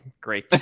great